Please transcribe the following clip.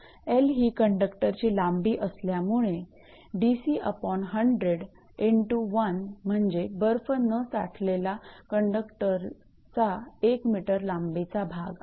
𝑙 ही कंडक्टरची लांबी असल्यामुळे म्हणजेच बर्फ न साठलेला कंडक्टरचा एक मीटर लांबीचा भाग आहे